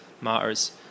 matters